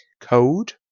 code